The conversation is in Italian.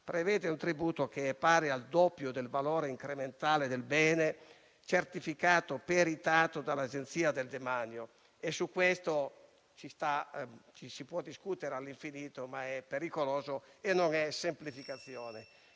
prevede un tributo pari al doppio del valore incrementale del bene, certificato e peritato dall'Agenzia del demanio. Su questo ci si può discutere all'infinito, ma è pericoloso e non è semplificazione.